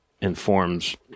informs